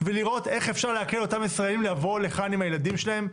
ולראות איך אפשר להקל על אותם ישראלים לבוא לכאן עם הילדים שלהם,